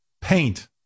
paint